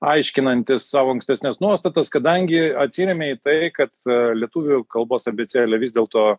aiškinantis savo ankstesnes nuostatas kadangi atsirėmė į tai kad lietuvių kalbos abėcėlė vis dėlto